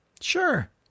Sure